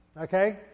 okay